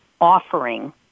offering